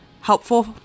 helpful